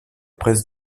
presses